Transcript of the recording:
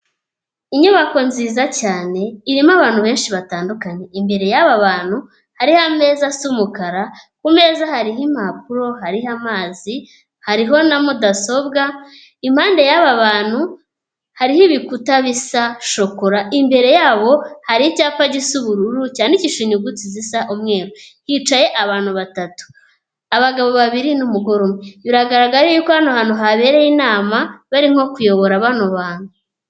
Inyubako nziza cyane irimo abantu benshi batandukanye, imbere y'aba bantu hariho ameza asa umukara, ku meza hariho impapuro, hariho amazi, hariho na mudasobwa, impande y'aba bantu hariho ibikuta bisa shokora, imbere yabo hari icyapa gisa ubururu cyandikisha inyuguti zisa umweru, hicaye abantu batatu; abagabo babiri n'umugore umwe, biragaragara yuko hano hantu habereye inama, bari nko kuyobora bano bantu.